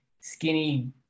skinny